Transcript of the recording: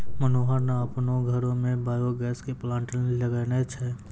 मनोहर न आपनो घरो मॅ बायो गैस के प्लांट लगैनॅ छै